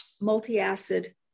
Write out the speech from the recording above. multi-acid